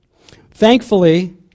Thankfully